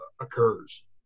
occurs